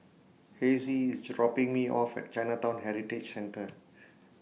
Hezzie IS dropping Me off At Chinatown Heritage Centre